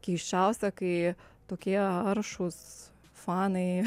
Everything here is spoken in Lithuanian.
keisčiausia kai tokie aršūs fanai